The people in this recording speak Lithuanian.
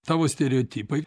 tavo stereotipai